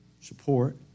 support